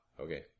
Okay